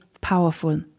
powerful